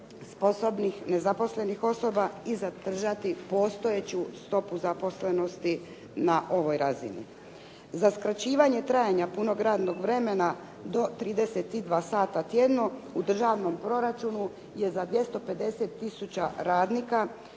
sposobnih nezaposlenih osoba i zadržati postojeću stopu zaposlenosti na ovoj razini. Za skraćivanje trajanja punog radnog vremena do 32 sata tjedno u državnom proračunu je za 250 tisuća radnika